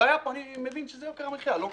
הבעיה פה, אני מבין, שזה יוקר המחיה, לא?